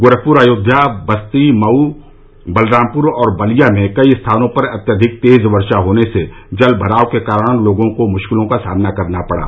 गोरखपुर अयोध्या बस्ती मऊ बलरामपुर और बलिया में कई स्थानों पर अत्यधिक तेज वर्षा होने से जलभराव के कारण लोगों को मुश्किलों का सामना करना पड़ा